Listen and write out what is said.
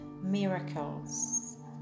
miracles